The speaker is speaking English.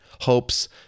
hopes